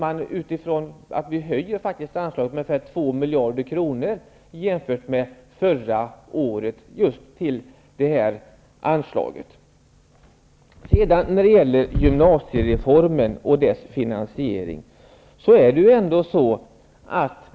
Vad jag försökte säga i mitt anförande var att vi faktiskt höjer just det här anslaget med ungefär 2 miljarder kronor jämfört med förra året.